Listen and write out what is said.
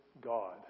God